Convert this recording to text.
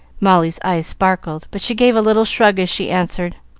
molly's eyes sparkled, but she gave a little shrug as she answered,